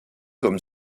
comme